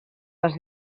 les